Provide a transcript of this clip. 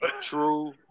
True